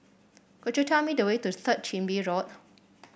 could you tell me the way to Third Chin Bee Road